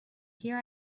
here